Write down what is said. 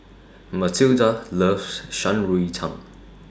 Matilda loves Shan Rui Tang